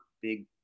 big